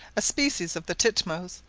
a species of the titmouse,